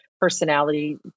personality